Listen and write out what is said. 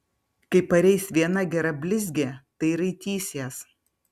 kai pareis viena gera blizgė tai raitysies